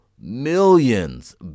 millions